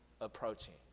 approaching